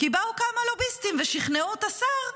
כי באו כמה לוביסטים ושכנעו את השר שוואללה,